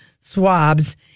swabs